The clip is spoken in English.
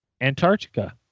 Antarctica